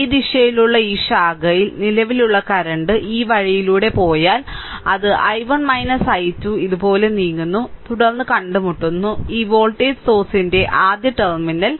ഈ ദിശയിലുള്ള ഈ ശാഖയിൽ നിലവിലുള്ള കറന്റ് ഈ വഴിയിലൂടെ പോയാൽ അത് I1 I2 ഇതുപോലെ നീങ്ങുന്നു തുടർന്ന് കണ്ടുമുട്ടുന്നു ഈ വോൾട്ടേജ് സോഴ്സന്റെ ആദ്യ ടെർമിനൽ